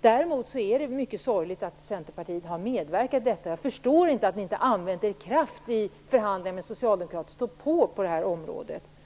Däremot är det mycket sorgligt att Centerpartiet har medverkat till detta. Jag förstår inte att ni inte har använt er kraft i förhandlingarna med Socialdemokraterna till att stå på er på det här området.